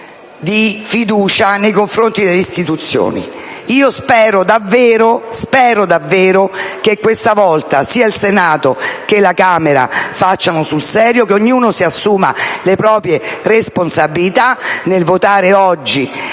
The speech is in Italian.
cittadini nei confronti delle istituzioni. Spero davvero che questa volta sia il Senato che la Camera facciano sul serio, che ognuno si assuma le proprie responsabilità nel votare oggi